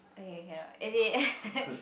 okay cannot as in